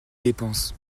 dépenses